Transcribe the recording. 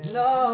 no